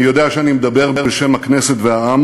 אני יודע שאני מדבר בשם הכנסת והעם